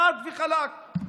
חד וחלק.